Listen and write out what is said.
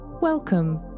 Welcome